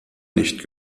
nicht